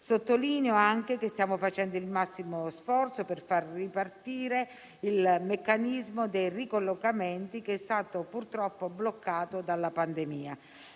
Sottolineo anche che stiamo facendo il massimo sforzo per far ripartire il meccanismo dei ricollocamenti, che è stato purtroppo bloccato dalla pandemia.